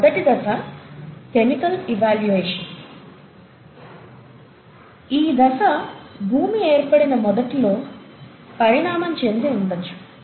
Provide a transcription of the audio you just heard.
మొదటి దశ chemical evolution ఈ దశ భూమి ఏర్పడిన మొదటిలో పరిణామం చెంది ఉండొచ్చు